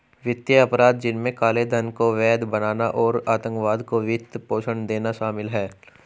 वित्तीय अपराध, जिनमें काले धन को वैध बनाना और आतंकवाद को वित्त पोषण देना शामिल है